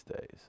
days